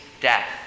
death